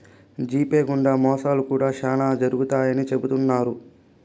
GPay గుండా మోసాలు కూడా శ్యానా జరుగుతాయని చెబుతున్నారు